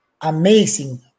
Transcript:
amazing